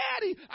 daddy